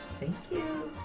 thank you.